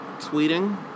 tweeting